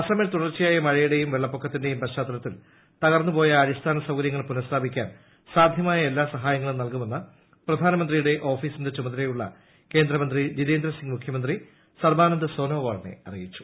അസമിൽ തുടർച്ചയായ മഴയുടെയും വെള്ളപ്പൊക്കത്തിന്റെയും പശ്ചാത്തലത്തിൽ തകർന്ന പോയ അടിസ്ഥാന സൌകര്യങ്ങൾ പുനസ്ഥാപിക്കാൻ സാധ്യമായ എല്ലാ സഹായങ്ങളും നൽകുമെന്ന് പ്രധാന മന്ത്രിയുടെ ഓഫീസിന്റെ ചുമതലയുള്ള കേന്ദ്ര മന്ത്രി ജിതേന്ദ്ര സിംഗ് മുഖ്യമന്ത്രി സർബാനന്ദ സോനോവാളിനെ അറിയിച്ചു